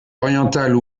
orientales